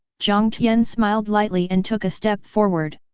jiang tian smiled lightly and took a step forward.